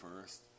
first